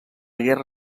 guerra